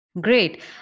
Great